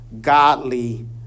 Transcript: godly